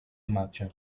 imatge